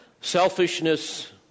selfishness